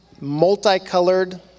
multicolored